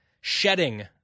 shedding